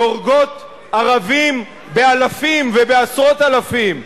שהורגות ערבים באלפים ובעשרות אלפים,